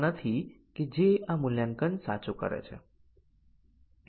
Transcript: નિર્ણયનું પરિણામ પ્રથમ કન્ડીશન ના આધારે ગણવામાં આવે છે